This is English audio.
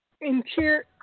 Interior